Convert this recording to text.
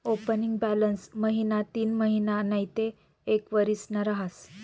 opening balance महिना तीनमहिना नैते एक वरीसना रहास